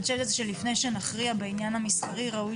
אני חושבת שלפני שנכריע בעניין המסחרי ראוי